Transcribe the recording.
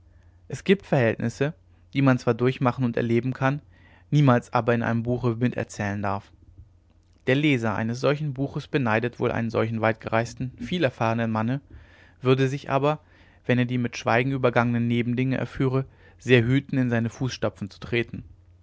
es gibt verhältnisse die man zwar durchmachen und erleben kann niemals aber in einem buche miterzählen darf der leser eines solchen buches beneidet wohl einen solchen weitgereisten vielerfahrenen mann würde sich aber wenn er die mit schweigen übergangenen nebendinge erführe sehr hüten in seine fußstapfen zu treten